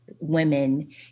women